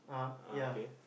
(uh huh) ya